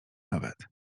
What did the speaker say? nawet